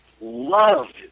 loved